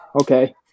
okay